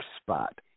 Spot